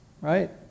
right